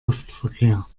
luftverkehr